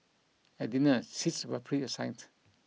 at dinner seats were preassigned